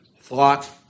thought